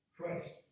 Christ